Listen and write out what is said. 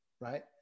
right